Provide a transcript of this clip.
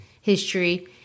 history